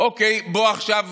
אוקיי, בואו עכשיו